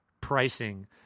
pricing